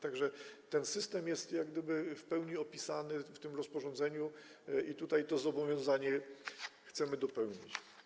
Tak że ten system jest jak gdyby w pełni opisany w tym rozporządzeniu i tutaj tego zobowiązania chcemy dopełnić.